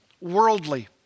worldly